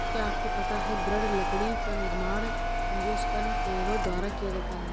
क्या आपको पता है दृढ़ लकड़ी का निर्माण एंजियोस्पर्म पेड़ों द्वारा किया जाता है?